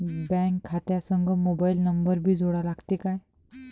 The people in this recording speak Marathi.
बँक खात्या संग मोबाईल नंबर भी जोडा लागते काय?